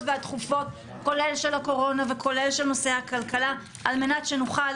והדחופות כולל של הקורונה וכולל של נושא הכלכלה כדי שנוכל